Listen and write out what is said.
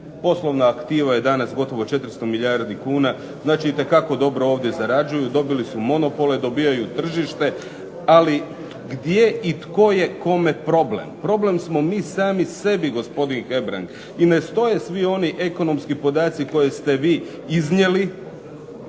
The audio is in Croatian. poslovna aktiva je danas gotovo 400 milijardi kuna, znači itekako dobro ovdje zarađuju. Dobili su monopole, dobivaju tržište, ali gdje i tko je kome problem? Problem smo mi sami sebi, gospodin Hebrang i ne stoje svi oni ekonomski podaci koje ste vi iznijeli